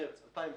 במרס 2019,